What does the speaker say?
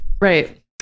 Right